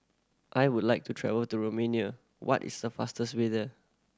I would like to travel to Romania what is the fastest way there